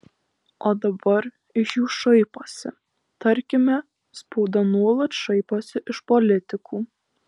o dabar iš jų šaiposi tarkime spauda nuolat šaiposi iš politikų